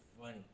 funny